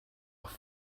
off